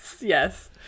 Yes